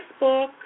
Facebook